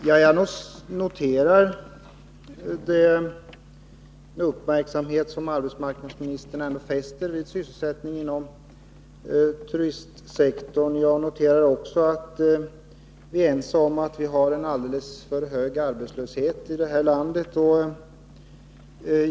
Herr talman! Jag noterar den uppmärksamhet som arbetsmarknadsminis Tisdagen den tern ändå fäster vid sysselsättningen inom turistsektorn. Jag noterar också att 22 mars 1983 vi är ense om att vi har en alldeles för hög arbetslöshet i det här landet.